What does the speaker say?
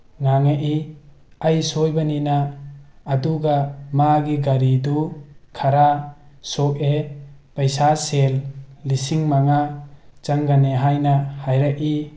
ꯉꯥꯡꯉꯛꯏ ꯑꯩ ꯁꯣꯏꯕꯅꯤꯅ ꯑꯗꯨꯒ ꯃꯥꯒꯤ ꯒꯥꯔꯤꯗꯨ ꯈꯔ ꯁꯣꯛꯑꯦ ꯄꯩꯁꯥ ꯁꯦꯜ ꯂꯤꯁꯤꯡ ꯃꯉꯥ ꯆꯪꯒꯅꯤ ꯍꯥꯏꯅ ꯍꯥꯏꯔꯛꯏ